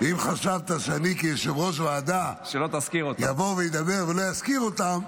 אם חשבת שאני כיושב-ראש ועדה אבוא ואדבר ולא אזכיר אותם,